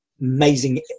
amazing